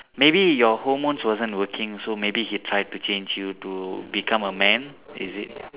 maybe your hormones wasn't working so maybe he tried to change you to become a man is it